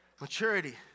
Maturity